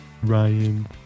Ryan